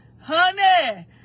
honey